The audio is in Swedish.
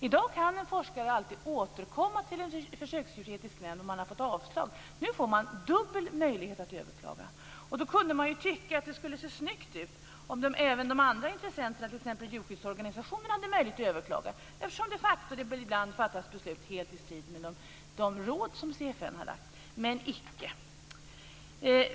I dag kan en forskare alltid återkomma till en försöksdjursetisk nämnd om han eller hon har fått avslag. Nu får de dubbel möjlighet att överklaga. Då kunde man tycka att det skulle se snyggt ut om även de andra intressenterna, t.ex. djurskyddsorganisationerna, hade möjlighet att överklaga, eftersom det de facto ibland fattas beslut helt i strid med de råd som CFN har gett. Men icke.